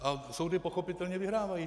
A soudy pochopitelně vyhrávají.